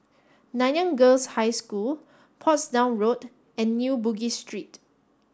Nanyang Girls' High School Portsdown Road and New Bugis Street